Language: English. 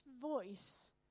voice